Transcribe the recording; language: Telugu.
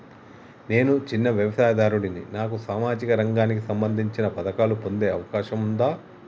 నేను చిన్న వ్యవసాయదారుడిని నాకు సామాజిక రంగానికి సంబంధించిన పథకాలు పొందే అవకాశం ఉందా?